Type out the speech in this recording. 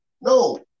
No